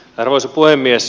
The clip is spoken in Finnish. arvoisa puhemies